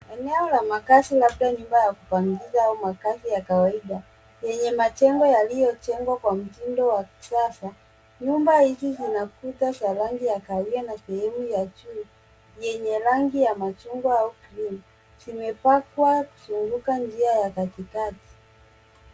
Eneo la makazi labda nyumba ya kupangiza au makazi ya kawaida, yenye majengo yaliojengwa kwa mtindo wa kisasa. Nyumba hizi zina kuta za rangi ya kahawia, na sehemu ya juu, yenye rangi ya machungwa, au cream , zimepakwa kuzunguka njia ya katikati.